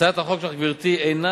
הצעת החוק שלך, גברתי, אינה